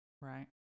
right